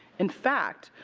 in fact,